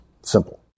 Simple